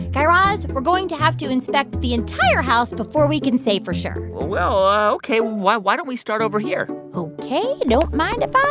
guy raz, we're going to have to inspect the entire house before we can say for sure well, ok. why why don't we start over here? ok, don't mind if um